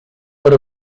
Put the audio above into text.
per